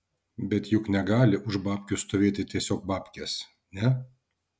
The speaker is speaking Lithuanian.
bet juk negali už babkių stovėti tiesiog babkės ne